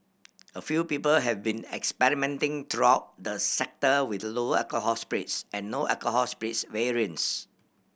a few people have been experimenting throughout the sector with lower alcohol spirits and no alcohol spirits variants